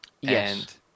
Yes